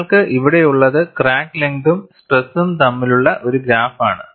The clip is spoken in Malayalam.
നിങ്ങൾക്ക് ഇവിടെയുള്ളത് ക്രാക്ക് ലെങ്തും സ്ട്രെസും തമ്മിലുള്ള ഒരു ഗ്രാഫ് ആണ്